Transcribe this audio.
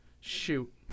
Shoot